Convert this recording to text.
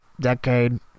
decade